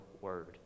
word